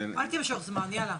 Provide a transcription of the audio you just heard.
אל תמשוך זמן, יאללה.